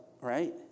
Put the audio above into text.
Right